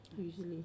usually